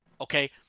okay